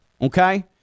Okay